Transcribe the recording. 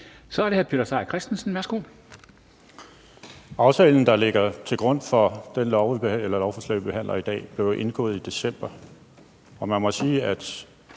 Kl. 11:07 Peter Seier Christensen (NB): Aftalen, der ligger til grund for det lovforslag, vi behandler i dag, blev indgået i december, og man må sige, at